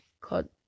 cut